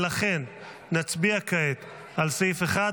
ולכן נצביע כעת על סעיף 1,